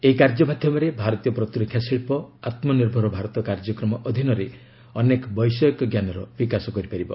ଏହି କାର୍ଯ୍ୟ ମାଧ୍ୟମରେ ଭାରତୀୟ ପ୍ରତିରକ୍ଷା ଶିଳ୍ପ ଆତ୍ମନିର୍ଭର ଭାରତ କାର୍ଯ୍ୟକ୍ରମ ଅଧୀନରେ ଅନେକ ବୈଷୟିକଜ୍ଞାନର ବିକାଶ କରିପାରିବ